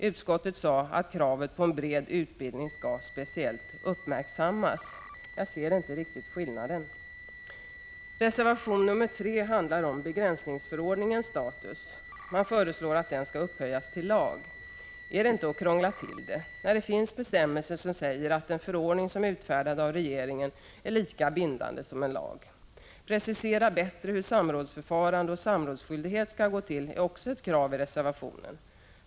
Utskottet sade att kravet på en bred utbildning skall speciellt uppmärksammas. Jag ser inte riktigt skillnaden. Reservation 3 handlar om begränsningsförordningens status. Man föreslår att den skall upphöjas till lag. Är inte det att krångla till det? Det finns ju redan bestämmelser som säger att en förordning som är utfärdad av regeringen är lika bindande som en lag. Precisera bättre samrådsskyldighet och hur samrådsförfarande skall gå till, är ett annat krav i reservationen.